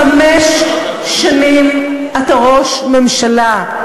חמש שנים אתה ראש ממשלה,